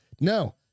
No